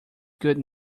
good